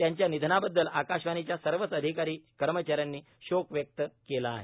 त्यांच्या निधनाबद्दल आकाशवाणीच्या सर्वच अधिकारी कर्मचाऱ्यांनी शोक व्यक्त केला आहे